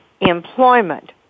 Employment